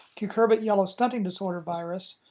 cucurbit yellow stunting disorder virus,